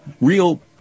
real